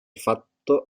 fatto